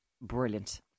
brilliant